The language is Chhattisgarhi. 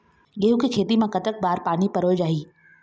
गेहूं के खेती मा कतक बार पानी परोए चाही?